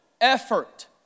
effort